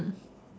mm